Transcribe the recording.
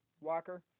Walker